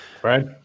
Right